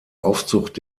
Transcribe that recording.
aufzucht